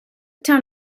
town